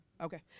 Okay